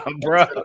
bro